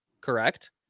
correct